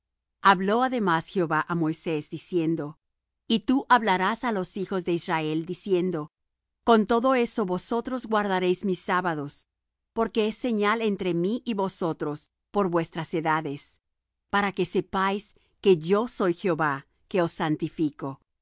habló además jehová á moisés diciendo y tú hablarás á los hijos de israel diciendo con todo eso vosotros guardaréis mis sábados porque es señal entre mí y vosotros por vuestras edades para que sepáis que yo soy jehová que os santifico